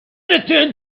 returned